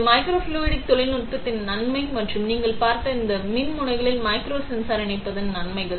இது மைக்ரோஃப்ளூய்டிக் தொழில்நுட்பத்தின் நன்மை மற்றும் நீங்கள் பார்த்த இந்த மின்முனைகளில் மைக்ரோ சென்சார் இணைப்பதன் நன்மைகள்